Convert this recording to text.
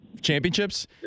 championships